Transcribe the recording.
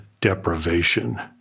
deprivation